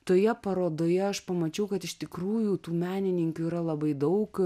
toje parodoje aš pamačiau kad iš tikrųjų tų menininkių yra labai daug